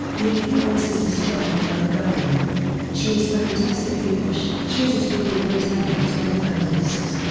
the appearance is described by the guardian she is fantastically posh, chooses rule britannia as one of her discs,